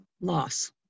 loss